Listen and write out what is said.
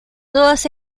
todas